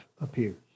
appears